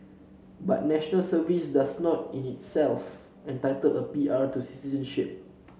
but National Service does not in itself entitle a P R to citizenship